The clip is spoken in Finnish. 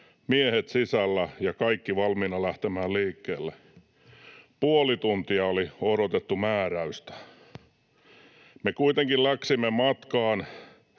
miehet sisällä ja kaikki valmiina lähtemään liikkeelle. Puoli tuntia oli odotettu määräystä. Me kuitenkin läksimme matkaan